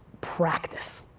practice.